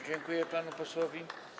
Dziękuję panu posłowi.